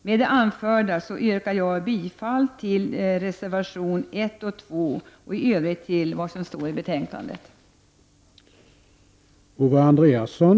Med det anförda yrkar jag bifall till reservationerna 1 och 2 och i övrigt till det som står i betänkandets hemställan.